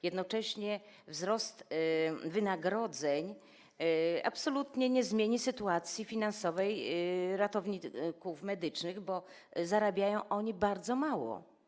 Jednocześnie wzrost wynagrodzeń absolutnie nie zmieni sytuacji finansowej ratowników medycznych, bo zarabiają oni bardzo mało.